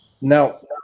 Now